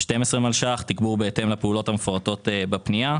12 מיליון ₪ עבור תגבור בהתאם לפעולות המפורטות בפנייה.